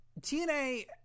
TNA